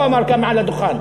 הוא אמר כאן מעל הדוכן,